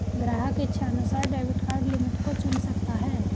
ग्राहक इच्छानुसार debit card limit को चुन सकता है